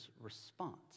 response